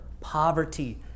poverty